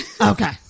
Okay